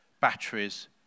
batteries